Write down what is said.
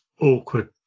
awkward